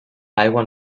aigua